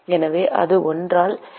எனவே அது 1 ஆல் எச்1 ஆல் ஏ